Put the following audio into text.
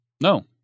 No